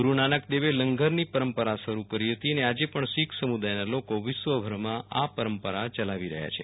ગુરુનાનક દેવે લંગરની પરંપરા શરૂ કરી હતી અને આજે પણ શીખ સમુદાયના લોકો વિશ્વભરમાં આ પરંપરા ચલાવી રહ્યા છે